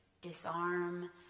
disarm